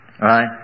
Right